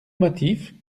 motifs